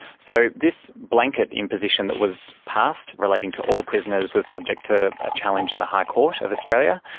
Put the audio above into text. so this blanket imposition that was passed relating to all prisoners, was subject to a challenge in the high court of australia,